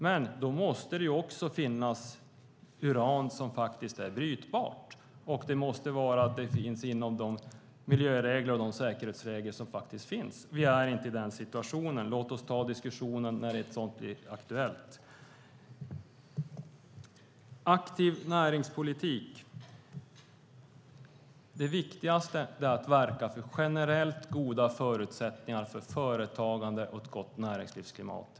Men då måste det också finnas uran som är brytbart. Man måste också följa de miljöregler och de säkerhetsregler som finns. Vi är inte i den situationen. Låt oss ta diskussionen när det blir aktuellt! När det gäller en aktiv näringspolitik är det viktigaste att verka för generellt goda förutsättningar för företagande och ett gott näringslivsklimat.